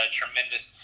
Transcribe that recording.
tremendous